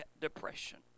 depression